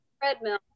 treadmill